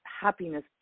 happiness